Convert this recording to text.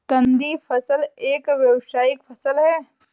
कंदीय फसल एक व्यावसायिक फसल है